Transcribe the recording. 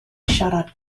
siarad